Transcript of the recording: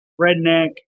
redneck